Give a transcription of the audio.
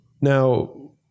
Now